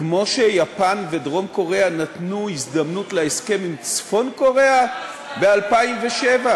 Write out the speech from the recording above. כמו שיפן ודרום-קוריאה נתנו הזדמנות להסכם עם צפון-קוריאה ב-2007?